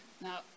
Now